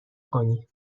کنی